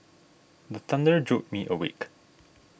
the thunder jolt me awake